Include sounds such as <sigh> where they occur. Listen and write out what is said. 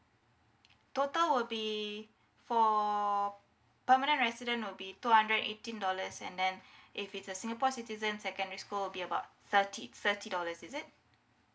total will be for permanent resident will be two hundred eighteen dollars and then <breath> if it's a singapore citizen secondary school will be about thirty thirty dollars is it